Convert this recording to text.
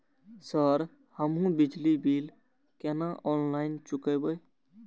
Sir हमू बिजली bill केना ऑनलाईन चुकेबे?